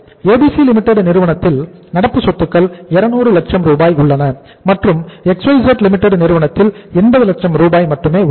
ABC Limited நிறுவனத்தில் நடப்பு சொத்துக்கள் 200 லட்சம் ரூபாய் உள்ளன மற்றும் XYZ Limited நிறுவனத்தில் 80 லட்சம் ரூபாய் மட்டுமே உள்ளன